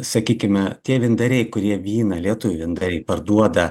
sakykime tie vyndariai kurie vyną lietuvių vyndariai parduoda